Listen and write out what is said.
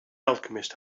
alchemist